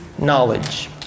knowledge